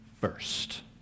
first